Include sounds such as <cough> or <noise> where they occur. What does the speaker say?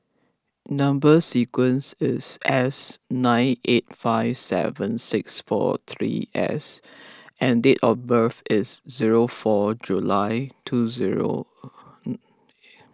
Number Sequence is S nine eight five seven six four three S and date of birth is zero four July two zero <hesitation>